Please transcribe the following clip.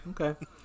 Okay